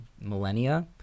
millennia